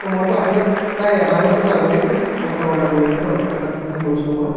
অঁ মইতো আপোনাক প্ৰায় আধা ঘণ্টামানৰ আগতেইতো আপোনাক অৰ্ডাৰ কৰিছিলোঁ ন আপোনাকতো ফোন কৰিছিলোঁ মই